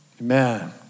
Amen